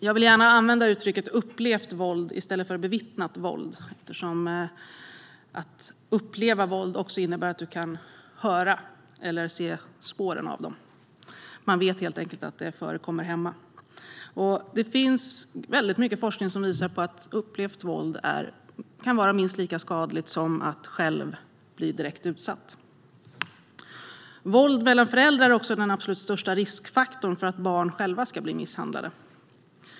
Jag vill gärna använda uttrycket "upplevt våld" i stället för "bevittnat våld", då att uppleva våld också innebär att man kan höra eller se spåren av det. Man vet helt enkelt att det förekommer hemma. Det finns mycket forskning som visar att upplevt våld kan vara minst lika skadligt som att bli direkt utsatt. Våld mellan föräldrar är också den absolut största riskfaktorn för att barn själva ska bli misshandlade.